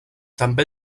també